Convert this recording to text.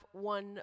one